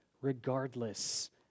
regardless